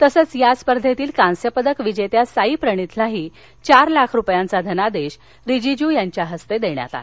तसंच याच स्पर्धेतील कांस्य पदक विजेत्या साई प्रणिथलाही चार लाख रुपयांचा धनादेश रिजिजू यांच्या हस्ते देण्यात आला